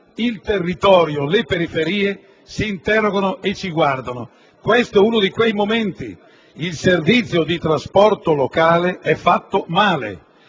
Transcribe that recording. il territorio, le periferie si interrogano e ci guardano: questo è uno di quei momenti. Il servizio di trasporto locale è fatto male;